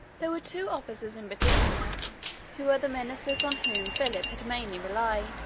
there were two officers in particular who were the ministers on whom philip had mainly relied